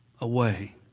away